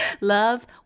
Love